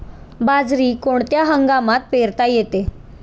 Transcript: बाजरी कोणत्या हंगामात पेरता येते?